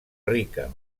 rica